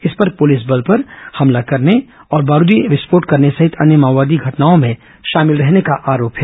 इस पर प्रलिस दल पर हमला करने और बारूदी विस्फोट करने सहित अन्य माओवादी घटनाओं में शामिल रहने का आरोप है